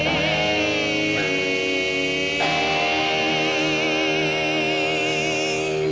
a